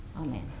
Amen